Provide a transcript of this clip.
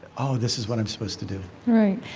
oh, this is what i'm supposed to do right.